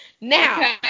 Now